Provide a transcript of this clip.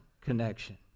connection